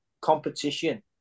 Competition